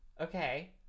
Okay